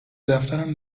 دفترم